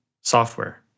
software